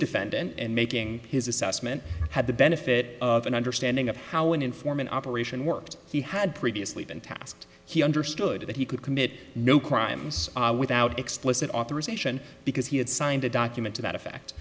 defendant and making his assessment had the benefit of an understanding of how an informant operation worked he had previously been tasked he understood that he could commit no crimes without listed authorization because he had signed a document to that effect